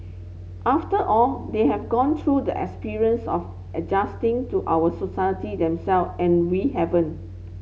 after all they have gone through the experience of adjusting to our society themselves and we haven't